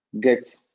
get